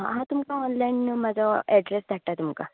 आं हांव तुमकां ऑनलायन म्हजो एडरॅस धाडटां तुमका